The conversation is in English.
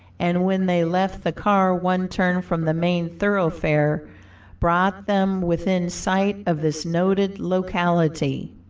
and when they left the car, one turn from the main thoroughfare brought them within sight of this noted locality.